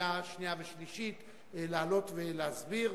לקריאה שנייה ושלישית לעלות ולהסביר.